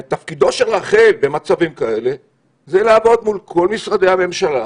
ותפקידו של רח"ל במצבים כאלה הוא לעבוד מול כל משרדי הממשלה